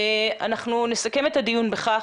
אנחנו נסכם את הדיון בכך,